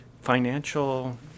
financial